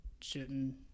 shooting